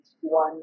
one